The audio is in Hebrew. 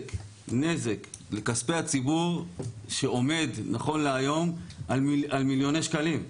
נזק לכספי הציבור שעומד נכון להיום על מיליוני שקלים.